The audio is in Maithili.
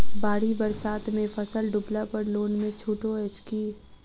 बाढ़ि बरसातमे फसल डुबला पर लोनमे छुटो अछि की